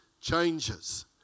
changes